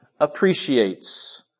appreciates